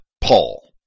Paul